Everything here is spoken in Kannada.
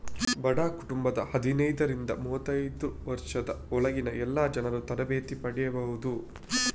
ಬಡ ಕುಟುಂಬದ ಹದಿನೈದರಿಂದ ಮೂವತ್ತೈದು ವರ್ಷದ ಒಳಗಿನ ಎಲ್ಲಾ ಜನರೂ ತರಬೇತಿ ಪಡೀಬಹುದು